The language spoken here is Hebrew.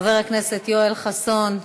חבר הכנסת יואל חסון,